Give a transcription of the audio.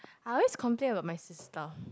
I always complain about my sister